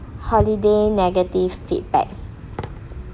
holiday negative feedback